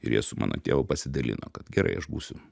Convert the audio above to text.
ir jie su mano tėvu pasidalino kad gerai aš būsiu